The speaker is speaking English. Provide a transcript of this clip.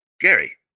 Gary